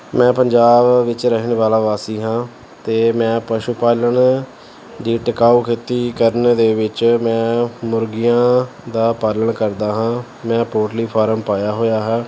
ਮੈਂ ਪੰਜਾਬ ਵਿੱਚ ਰਹਿਣ ਵਾਲਾ ਵਾਸੀ ਹਾਂ ਅਤੇ ਮੈਂ ਪਸ਼ੂ ਪਾਲਣ ਦੀ ਟਿਕਾਓ ਖੇਤੀ ਕਰਨ ਦੇ ਵਿੱਚ ਮੈਂ ਮੁਰਗੀਆਂ ਦਾ ਪਾਲਣ ਕਰਦਾ ਹਾਂ ਮੈਂ ਪੋਟਲੀ ਫਾਰਮ ਪਾਇਆ ਹੋਇਆ ਹੈ